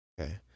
Okay